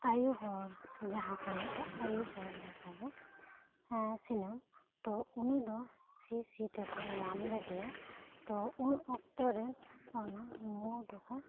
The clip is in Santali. ᱟᱭᱚ ᱦᱚᱲ ᱡᱟᱦᱟᱸ ᱠᱚ ᱞᱟᱹᱭ ᱫᱚ ᱟᱭᱚ ᱦᱚᱲ ᱞᱮᱠᱟ ᱜᱮ ᱮ ᱥᱤᱱᱟᱢ ᱩᱱᱤ ᱫᱚ ᱥᱤ ᱥᱤ ᱛᱮᱠᱚ ᱧᱟᱢ ᱠᱮᱫᱮᱭᱟ ᱛᱚ ᱩᱱ ᱚᱠᱛᱚ ᱨᱮ ᱚᱱᱟ ᱢᱩ ᱫᱚᱠᱚ